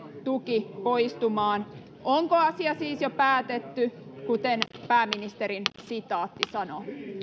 tuki poistumaan onko asia siis jo päätetty kuten pääministerin sitaatti sanoo no